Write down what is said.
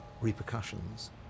repercussions